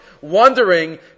wondering